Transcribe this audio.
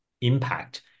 impact